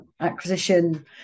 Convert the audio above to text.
acquisition